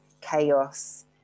chaos